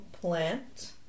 plant